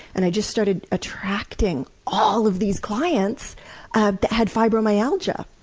and i just started attracting all of these clients that had fibromyalgia,